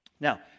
Now